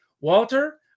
Walter